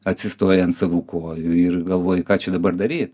atsistoji ant savų kojų ir galvoji ką čia dabar daryt